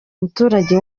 umuturage